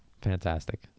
Fantastic